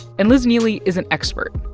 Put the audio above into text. and liz neeley is an expert.